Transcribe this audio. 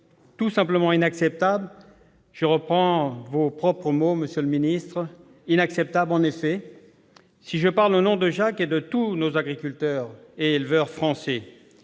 Tout simplement inacceptable- je reprends vos propres mots, monsieur le ministre !« Inacceptable », en effet, si je parle au nom de Jacques et de tous nos agriculteurs et éleveurs français.